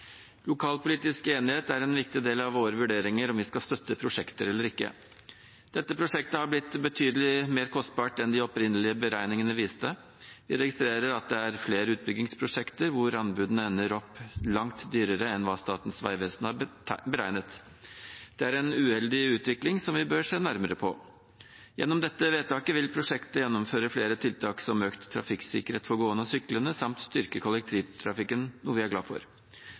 Lokalpolitisk enighet er en viktig del av våre vurderinger, om vi skal støtte prosjekter eller ikke. Dette prosjektet har blitt betydelig mer kostbart enn de opprinnelige beregningene viste. Vi registrerer at det er flere utbyggingsprosjekter hvor anbudene ender opp langt dyrere enn hva Statens vegvesen har beregnet. Det er en uheldig utvikling, som vi bør se nærmere på. Gjennom dette vedtaket vil prosjektet gjennomføre flere tiltak som økt trafikksikkerhet for gående og syklende samt styrke kollektivtrafikken, noe vi er glad for.